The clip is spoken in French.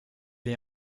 est